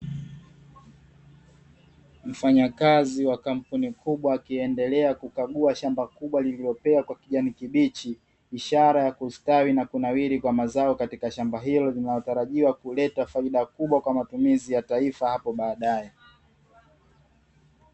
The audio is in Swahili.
Mfanyakazi wa kampuni kubwa ya akiendelea kukagua shamba kubwa lililopea kwa kijani kibichi, ishara ya kustawi na kunawiri mazao katika shamba hilo linalotarajiwa kuleta faida kubwa kwa matumizi ya taifa hapo baadae.